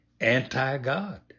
anti-God